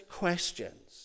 questions